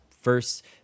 first